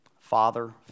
father